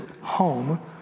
home